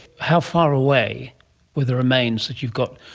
how far away were the remains that you've got,